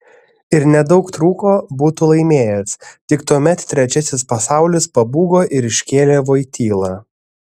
ir nedaug trūko būtų laimėjęs tik tuomet trečiasis pasaulis pabūgo ir iškėlė voitylą